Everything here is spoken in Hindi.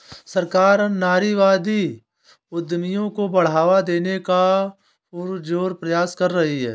सरकार नारीवादी उद्यमियों को बढ़ावा देने का पुरजोर प्रयास कर रही है